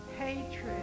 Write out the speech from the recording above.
hatred